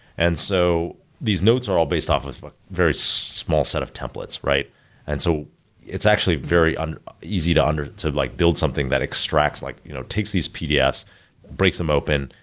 and so these notes are all based off of very small set of templates, and so it's actually very and easy to and to like build something that extracts, like you know takes these pdfs, breaks them open,